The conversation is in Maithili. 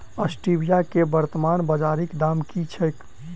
स्टीबिया केँ वर्तमान बाजारीक दाम की छैक?